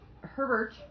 Herbert